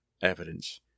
Evidence